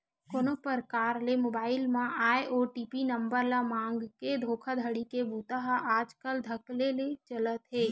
कोनो परकार ले मोबईल म आए ओ.टी.पी नंबर ल मांगके धोखाघड़ी के बूता ह आजकल धकल्ले ले चलत हे